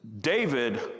David